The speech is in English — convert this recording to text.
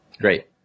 Great